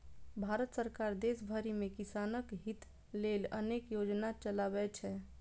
भारत सरकार देश भरि मे किसानक हित लेल अनेक योजना चलबै छै